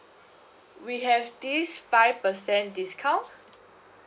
we have this five percent discount